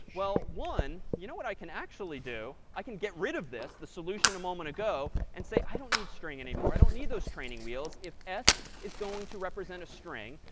well, one, you know what i can actually do? i can get rid of this the solution a moment ago and say, i don't need string anymore. i don't need those training wheels. if s is going to represent a string,